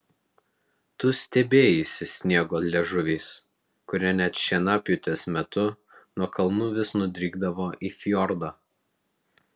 tu stebėjaisi sniego liežuviais kurie net šienapjūtės metu nuo kalnų vis nudrykdavo į fjordą